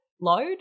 load